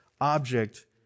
object